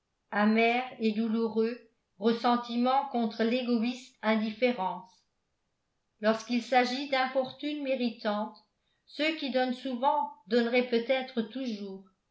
et douloureux ressentiments contre l'égoïste indifférence lorsqu'il s'agit d'infortunes méritantes ceux qui donnent souvent donneraient peut-être toujours